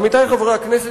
עמיתי חברי הכנסת,